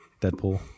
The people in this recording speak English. Deadpool